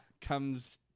comes